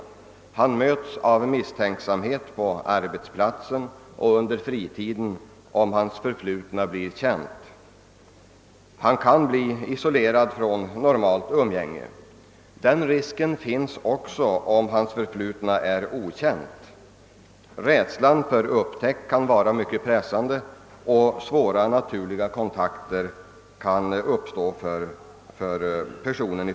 Den frigivne möts med misstänksamhet på arbetsplatser och under fritiden om hans förflutna blir känt. Han kan bli isolerad från normalt umgänge. Den risken finns också om hans förflutna är okänt. Rädslan för upptäckt kan vara mycket pressande och försvåra naturliga kontakter.